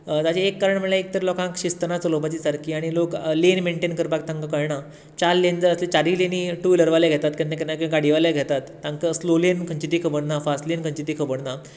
ताजें एक कारण म्हळ्ळ्यार एक तर लोकांक शिस्त ना चलोवपाची सारकी आनी लोक लेन मेंटेन करपाक तांकां कळना चार लेन ज आसली चारीय लेनी टूं व्हिलरवाले घेतात केन्ना केन्ना गाडयोवाले घेतात तांकां स्लो लेन खंयची ती खबर ना फास्ट लेन खंयची ती खबर ना